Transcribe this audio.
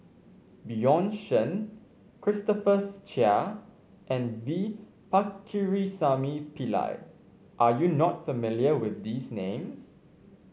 Bjorn Shen Christopher Chia and V Pakirisamy Pillai are you not familiar with these names